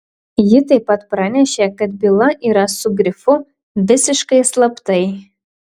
ji taip pat pranešė kad byla yra su grifu visiškai slaptai